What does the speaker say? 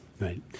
Right